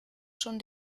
schon